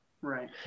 Right